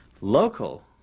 local